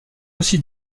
aussi